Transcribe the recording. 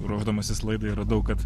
ruošdamasis laidai radau kad